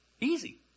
Easy